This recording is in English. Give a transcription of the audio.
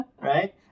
Right